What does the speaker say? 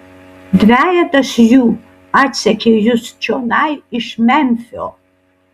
dvejetas jų atsekė jus čionai iš memfio